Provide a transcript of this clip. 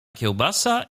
kiełbasa